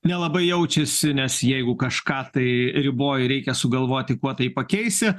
nelabai jaučiasi nes jeigu kažką tai riboji reikia sugalvoti kuo tai pakeisi